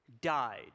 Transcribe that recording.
died